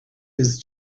his